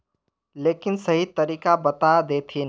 लेकिन सही तरीका बता देतहिन?